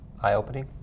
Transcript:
eye-opening